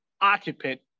occupant